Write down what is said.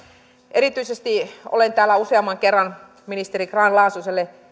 erityisesti olen täällä useamman kerran ministeri grahn laasoselta